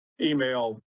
email